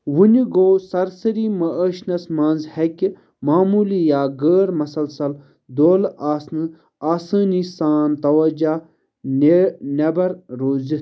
وۄنہِ گوٚو سرسٔری مُعٲشنس منٛز ہٮ۪کہِ معموٗلی یا غٲر مَسلسل دولہٕ آسنہٕ آسٲنی سان توجہ نٮ۪ نٮ۪بَر روٗزِتھ